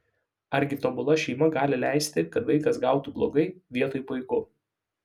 argi tobula šeima gali leisti kad vaikas gautų blogai vietoj puiku